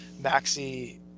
maxi